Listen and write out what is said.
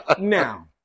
now